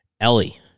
Ellie